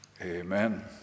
Amen